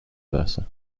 versa